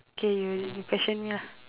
K you you question me lah